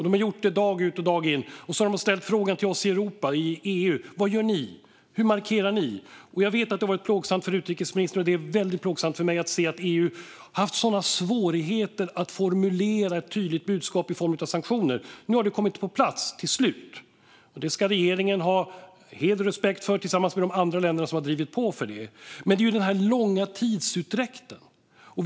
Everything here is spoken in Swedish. De har gjort det dag ut och dag in, och så har de ställt frågan till oss i Europa och EU: Vad gör ni, och hur markerar ni? Jag vet att det har varit plågsamt för utrikesministern, och det har varit väldigt plågsamt för mig att se att EU har haft sådana svårigheter att formulera ett tydligt budskap i form av sanktioner. Nu har det kommit på plats, till slut, och det ska regeringen ha heder och respekt för tillsammans med de andra länderna som har drivit på för det. Men den här långa tidsutdräkten provocerar.